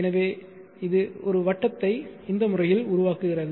எனவே இது இந்த வட்டத்தை இந்த முறையில் உருவாக்குகிறது